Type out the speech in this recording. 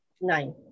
nine